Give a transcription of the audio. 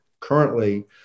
currently